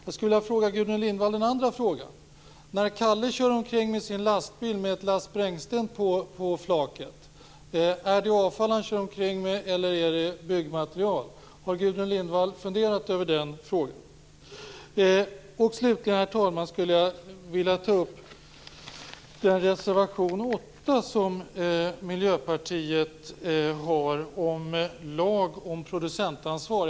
Då ställer jag den andra frågan till Gudrun Lindvall: När Kalle kör omkring med sin lastbil med ett lass sprängsten på flaket, är det då avfall eller byggmaterial han kör omkring med? Har Gudrun Lindvall funderat över den frågan? Herr talman! Slutligen skall jag ta upp Miljöpartiets reservation 8 om lag om producentansvar.